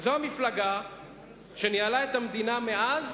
זו המפלגה שניהלה את המדינה מאז